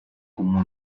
como